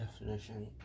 definition